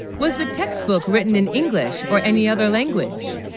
was the textbook written in english or any other language